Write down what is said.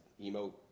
emo-